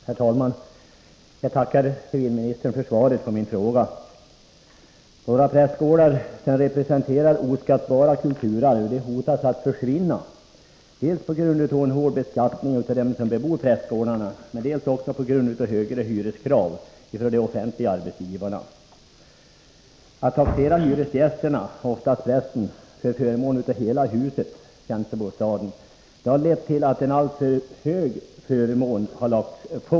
Herr talman! Jag tackar civilministern för svaret på min fråga. Våra prästgårdar, som representerar oskattbara kulturarv, hotar att försvinna, dels på grund av hård beskattning av dem som bebor prästgårdarna, dels också på grund av högre hyreskrav från de offentliga arbetsgivarna. Att taxera hyresgästen, oftast prästen, för förmån av hela huset — tjänstebostaden — har lett till att en alltför hög förmån har lagts på.